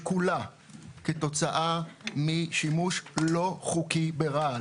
שכולה כתוצאה משימוש לא חוקי ברעל.